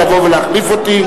לבוא ולהחליף אותי.